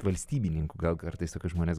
valstybininkų gal kartais tokius žmones